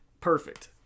perfect